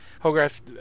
Hogarth